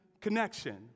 connection